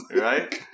Right